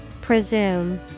Presume